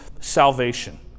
salvation